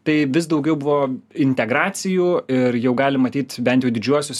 tai vis daugiau buvo integracijų ir jau galim matyt bent jau didžiuosius